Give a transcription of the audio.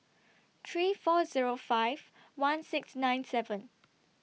three four Zero five one six nine seven